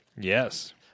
Yes